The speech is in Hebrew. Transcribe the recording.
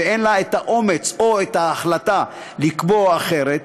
ואין לה האומץ או ההחלטה לקבוע אחרת,